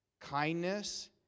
kindness